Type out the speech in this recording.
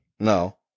No